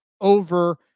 over